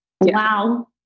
Wow